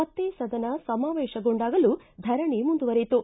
ಮತ್ತೇ ಸದನ ಸಮಾವೇಶಗೊಂಡಾಗಲೂ ಧರಣಿ ಮುಂದುವರಿಯಿತು